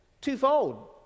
twofold